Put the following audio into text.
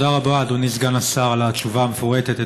תודה רבה, אדוני סגן השר, על התשובה המפורטת.